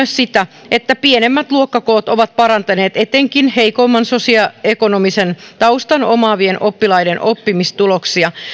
sitä että pienemmät luokkakoot ovat parantaneet etenkin heikomman sosioekonomisen taustan omaavien oppilaiden oppimistuloksia